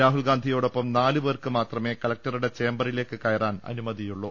രാഹുൽ ഗാന്ധിയോടൊപ്പം നാലു പേർക്ക് മാത്രമെ കലക്ടറുടെ ചേംബറി ലേക്ക് കയറാൻ അനുമതിയുള്ളൂ